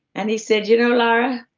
and he said, you know laura,